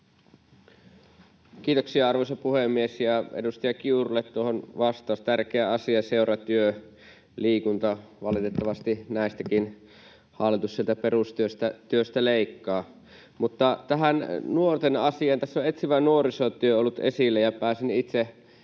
Kiitoksia, arvoisa puhemies! Edustaja Kiurulle tuohon vastaus: Tärkeä asia, seuratyö ja liikunta. Valitettavasti näistäkin hallitus sieltä perustyöstä leikkaa. Mutta tähän nuorten asiaan: Tässä on etsivä nuorisotyö ollut esillä. Pääsin itse